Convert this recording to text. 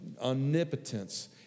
omnipotence